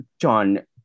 John